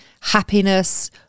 happiness